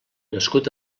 nascut